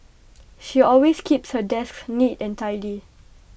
she always keeps her desk neat and tidy